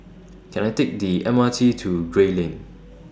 Can I Take The M R T to Gray Lane